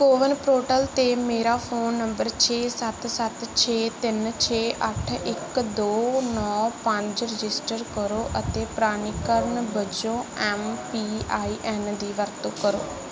CoWIN portal 'ਤੇ ਮੇਰਾ phone number ਛੇ ਸੱਤ ਸੱਤ ਛੇ ਤਿੰਨ ਛੇ ਅੱਠ ਇੱਕ ਦੋ ਨੌਂ ਪੰਜ ਰਜਿਸਟਰ ਕਰੋ ਅਤੇ ਪ੍ਰਮਾਣੀਕਰਨ ਵਜੋਂ ਐੱਮ ਪੀ ਆਈ ਐੱਨ ਦੀ ਵਰਤੋਂ ਕਰੋ